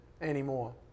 anymore